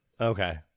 Okay